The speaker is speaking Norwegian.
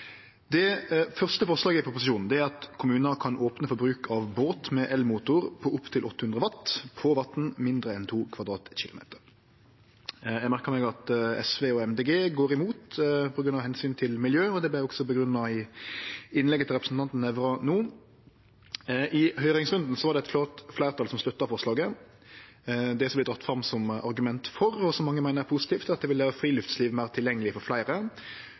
Det første forslaget i proposisjonen er at kommunar kan opne for bruk av båt med elmotor på opptil 800 W på vatn mindre enn 2 km 2 . Eg merkar meg at SV og Miljøpartiet Dei Grøne går imot av omsyn til miljø, og det vart også grunngjeve i innlegget til representanten Nævra no. I høyringsrunden var det eit klart fleirtal som støtta forslaget. Det som vert dratt fram som argument for, og som mange meiner er positivt, er at det vil gjere friluftslivet meir tilgjengeleg for fleire,